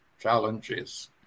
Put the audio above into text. challenges